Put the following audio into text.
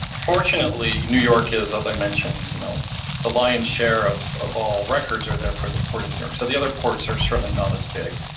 fortunately, new york is, as i mentioned, you know the lion share of of all records are there for the port of new york, so the other ports are certainly not as big.